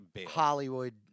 Hollywood